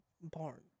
barn